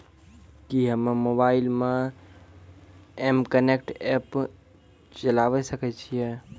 कि हम्मे मोबाइल मे एम कनेक्ट एप्प चलाबय सकै छियै?